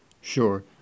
Sure